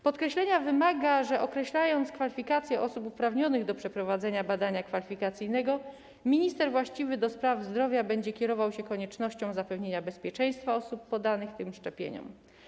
Podkreślenia wymaga to, że określając kwalifikacje osób uprawnionych do przeprowadzenia badania kwalifikacyjnego, minister właściwy do spraw zdrowia będzie kierował się koniecznością zapewnienia bezpieczeństwa osób poddanych tym szczepieniom.